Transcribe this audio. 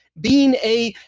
being a.